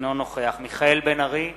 אינו נוכח מיכאל בן-ארי,